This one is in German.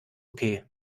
okay